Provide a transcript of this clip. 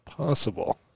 Possible